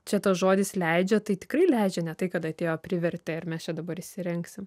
čia tas žodis leidžia tai tikrai leidžia ne tai kad atėjo privertė ir mes čia dabar įsirengsim